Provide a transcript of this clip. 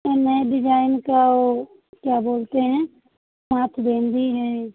ये नए डिजाइन का वो क्या बोलते हैं हाथ है